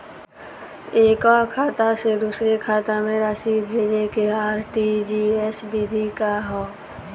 एकह खाता से दूसर खाता में राशि भेजेके आर.टी.जी.एस विधि का ह?